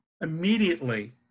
immediately